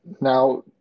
now